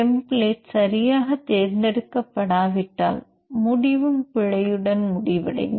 template சரியாக தேர்ந்தெடுக்கப்படாவிட்டால் முடிவும் பிழையுடன் முடிவடையும்